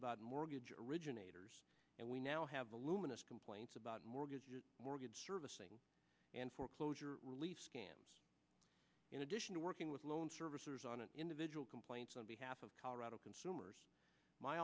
about mortgage originators and we now have the luminous complaints about mortgage mortgage servicing and foreclosure relief scams in addition to working with loan servicers on an individual complaints on behalf of colorado consumers my